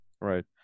Right